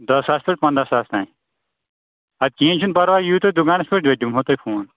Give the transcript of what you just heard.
دَہ ساس پٮ۪ٹھ پنٛداہ ساس تام اَدٕ کِہیٖنۍ چھِنہٕ پَرواے یِیِو تُہۍ دُکانَس پٮ۪ٹھ أسۍ دِمہو تۄہہِ فون